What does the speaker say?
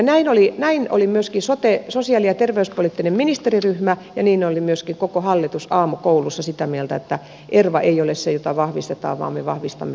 näin oli myöskin sosiaali ja terveyspoliittinen ministeriryhmä ja niin oli myöskin koko hallitus aamukoulussa sitä mieltä että erva ei ole se jota vahvistetaan vaan me vahvistamme peruspalveluja